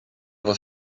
was